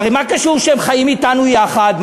הרי מה זה קשור שהם חיים אתנו יחד?